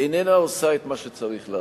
איננה עושה את מה שצריך לעשות.